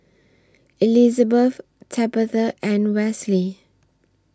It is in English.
Elizabet Tabatha and Wesley